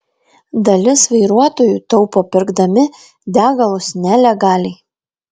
dalis vairuotojų taupo pirkdami degalus nelegaliai